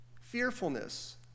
fearfulness